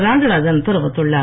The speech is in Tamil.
ராஜராஜன் தெரிவித்துள்ளார்